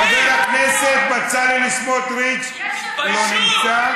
חבר הכנסת בצלאל סמוטריץ, לא נמצא.